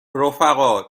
رفقا